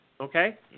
Okay